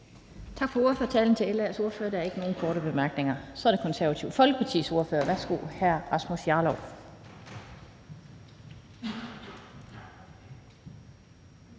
Tak til LA's ordfører for ordførertalen. Der er ikke nogen korte bemærkninger. Så er det Det Konservative Folkepartis ordfører, hr. Rasmus Jarlov.